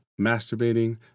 masturbating